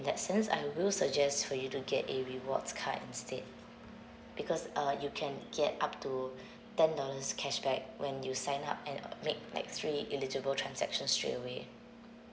that sense I will suggest for you to get a rewards card instead because uh you can get up to ten dollars cashback when you sign up and make like three eligible transaction straightaway